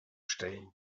stellen